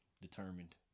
determined